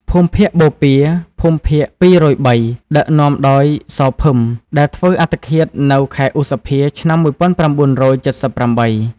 ភូមិភាគបូព៌ា (ភូមិភាគ២០៣) ដឹកនាំដោយ សោ ភឹម ដែលធ្វើអត្តឃាតនៅខែឧសភា ឆ្នាំ១៩៧៨។